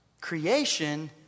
Creation